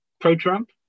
pro-Trump